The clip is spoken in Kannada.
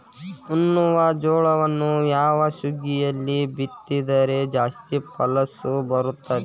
ಉಣ್ಣುವ ಜೋಳವನ್ನು ಯಾವ ಸುಗ್ಗಿಯಲ್ಲಿ ಬಿತ್ತಿದರೆ ಜಾಸ್ತಿ ಫಸಲು ಬರುತ್ತದೆ?